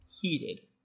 heated